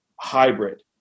hybrid